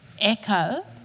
echo